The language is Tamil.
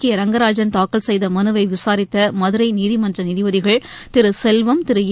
கே ரங்கராஜன் செய்தமனுவைவிளரித்த மதுரைநீதிமன்றநீதிபதிகள் திருசெல்வம் திரு ஏ